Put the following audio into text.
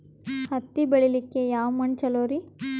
ಹತ್ತಿ ಬೆಳಿಲಿಕ್ಕೆ ಯಾವ ಮಣ್ಣು ಚಲೋರಿ?